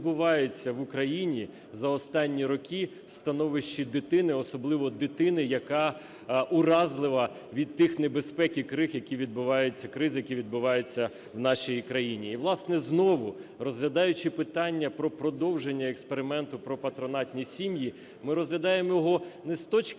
в Україні за останні роки, становище дитини, особливо дитини, яка уразлива від тих небезпек і ризиків, які відбуваються в нашій країні. І, власне, знову, розглядаючи питання про продовження експерименту про патронатні сім'ї, ми розглядаємо його не з точки